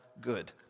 good